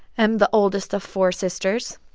am the oldest of four sisters,